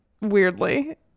weirdly